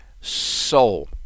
soul